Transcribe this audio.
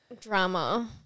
drama